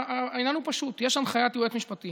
והעניין הוא פשוט: יש הנחיית יועץ משפטי